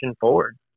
forward